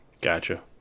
gotcha